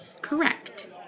Correct